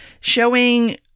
showing